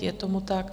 Je tomu tak.